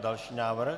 Další návrh.